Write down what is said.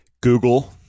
Google